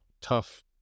tough